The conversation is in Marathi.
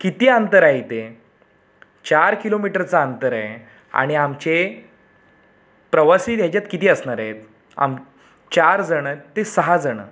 किती अंतर आहे ते चार किलोमीटरचं अंतर आहे आणि आमचे प्रवासी ह्याच्यात किती असणार आहेत आम चार जणं ते सहा जणं